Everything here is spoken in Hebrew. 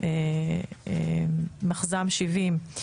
מחז"מ 70,